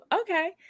okay